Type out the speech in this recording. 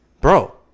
Bro